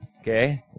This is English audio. Okay